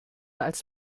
als